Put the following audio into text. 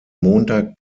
montag